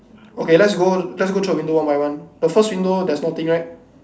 okay let's go let's go through the window one by one the first window there is nothing right